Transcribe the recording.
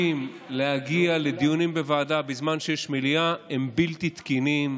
להגיע לדיונים בוועדה בזמן שיש מליאה זה בלתי תקין.